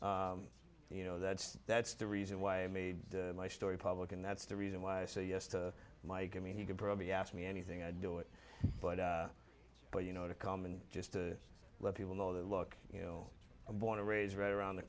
so you know that's that's the reason why i made my story public and that's the reason why i say yes to mike i mean he could probably ask me anything i'd do it but but you know to come and just to let people know that look you know i'm born and raised right around the